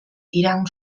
iraun